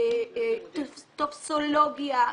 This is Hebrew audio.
טופסולוגיה,